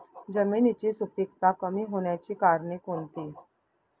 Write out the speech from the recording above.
जमिनीची सुपिकता कमी होण्याची कारणे कोणती?